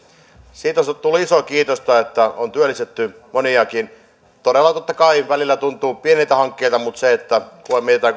siitä tulee isoa kiitosta että on työllistetty moniakin todella totta kai välillä tuntuu pieniltä hankkeilta mutta kun mietitään